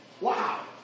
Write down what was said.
Wow